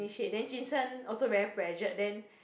said jun sheng also very pressured then